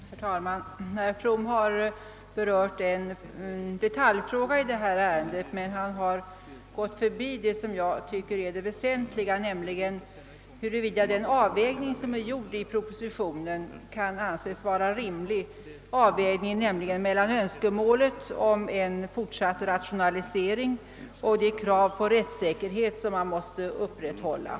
Herr talman! Herr From har berört en detaljfråga i detta ärende, men han har gått förbi det som jag tycker är det väsentliga, nämligen huruvida den avvägning som är gjord i propositionen kan anses vara rimlig, avvägningen mellan önskemålet om en fortsatt rationalisering och de krav på rättssäkerhet som måste upprätthållas.